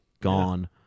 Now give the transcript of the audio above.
gone